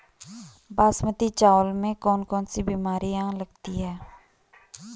बासमती चावल में कौन कौन सी बीमारियां लगती हैं?